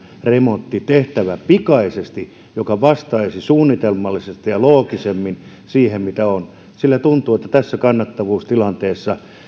remontti tehtävä pikaisesti jotta se vastaisi suunnitelmallisesti ja loogisemmin siihen mitä on tuntuu että tässä kannattavuustilanteessa